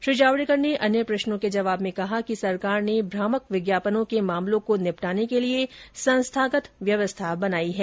श्री जावड़ेकर ने अन्य प्रश्नों के जवाब में कहा कि सरकार ने भ्रामक विज्ञापनों के मामलों को निपटाने के लिए संस्थागत व्यवस्था बनाई है